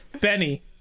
Benny